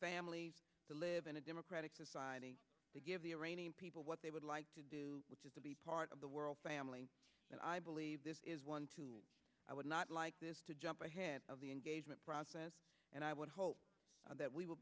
families to live in a democratic society to give the iranian people what they would like to do which is to be part of the world family and i believe this is one too i would not like this to jump ahead of the engagement process and i would hope that we will